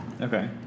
Okay